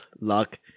luck